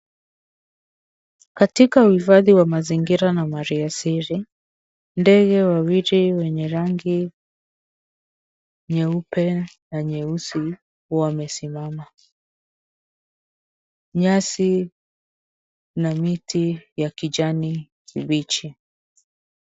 Katika uhifadhi wa mazingira na maliasili, ndge wawili wenye rangi nyeupe na nyeusi wamesimama. Nyasi na miti ya kijani kibichi.